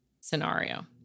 scenario